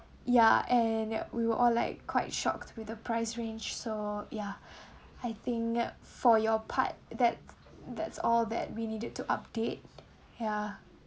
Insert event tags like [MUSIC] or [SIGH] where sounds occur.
ya and ya we were all like quite shocked with the price range so ya [BREATH] I think for your part that that's all that we needed to update ya